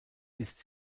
ist